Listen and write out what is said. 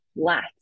flat